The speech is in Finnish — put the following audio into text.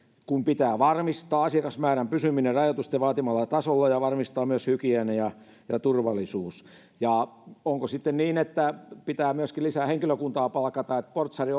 kun pitää varmistaa asiakasmäärän pysyminen rajoitusten vaatimalla tasolla ja varmistaa myös hygienia ja ja turvallisuus onko sitten niin että pitää myöskin palkata lisää henkilökuntaa ovelle portsari